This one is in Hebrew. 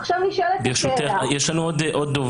עכשיו נשאלת השאלה --- יש לנו עוד דוברים,